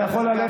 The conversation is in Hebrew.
אתה יכול ללכת,